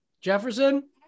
Jefferson